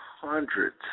hundreds